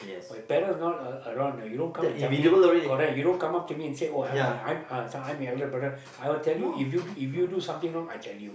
but parents not a around ah you don't come and tell me correct you don't come up to me and say oh I'm I'm uh this one I'm your elder brother I will tell you if you if you do something wrong I tell you